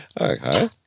Okay